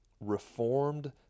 Reformed